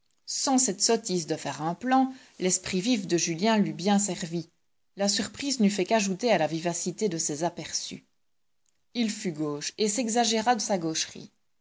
sans cette sottise de faire un plan l'esprit vif de julien l'eût bien servi la surprise n'eût fait qu'ajouter à la vivacité de ses aperçus il fut gauche et s'exagéra sa gaucherie